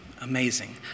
Amazing